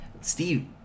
Steve